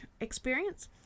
experience